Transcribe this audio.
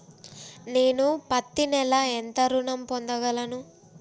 నేను పత్తి నెల ఎంత ఋణం పొందగలను?